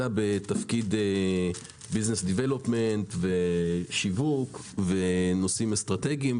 אלא בתפקיד של פיתוח עסקי ושיווק ונושאים אסטרטגיים,